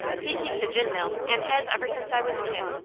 he keeps a gin mill, and has ever since i was a kid.